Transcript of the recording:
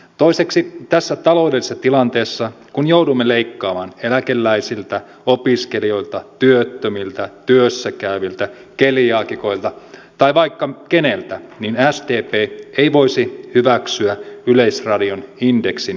toiseksi tässä taloudellisessa tilanteessa kun joudumme leikkaamaan eläkeläisiltä opiskelijoilta työttömiltä työssä käyviltä keliaakikoilta tai vaikka keneltä sdp ei voisi hyväksyä yleisradion indeksin jäädyttämistä